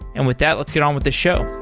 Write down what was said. and with that, let's get on with the show.